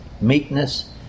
meekness